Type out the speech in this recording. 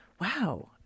wow